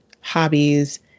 hobbies